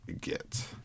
get